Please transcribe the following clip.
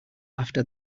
after